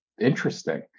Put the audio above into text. interesting